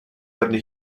arni